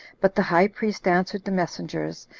but the high priest answered the messengers,